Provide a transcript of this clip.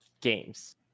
games